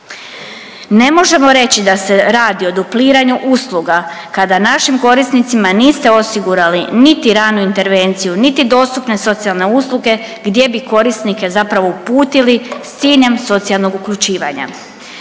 Ne možemo reći da se radi o dupliranju usluga kada našim korisnicima niste osigurali niti ranu intervenciju, niti dostupne socijalne usluge gdje bi korisnike zapravo uputili s ciljem socijalnog uključivanja.